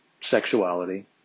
sexuality